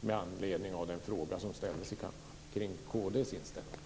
med anledning av den fråga som ställdes i kammaren när det gäller kd:s inställning.